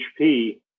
HP